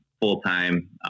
full-time